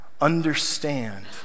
understand